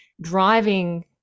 driving